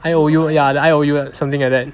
I_O_U ya the I_O_U something like that